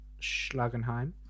Schlagenheim